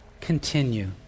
continue